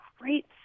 great